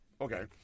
okay